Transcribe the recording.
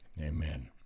Amen